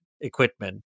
equipment